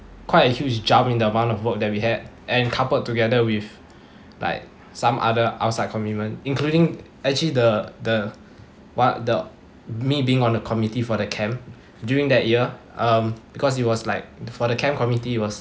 quite a huge jump in the amount of work that we had and coupled together with like some other outside commitments including actually the the what the me being on the committee for the camp during that year um because it was like for the camp committee was